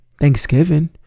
Thanksgiving